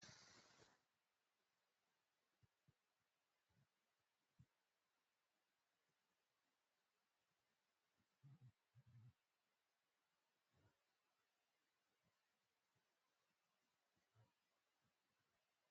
Huyu naye kile anachozungumza hakijulikani na pia hakibi inavyopasa kwa sababu maneno yanakatika katika.